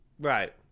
Right